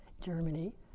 Germany